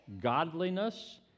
godliness